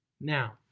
Now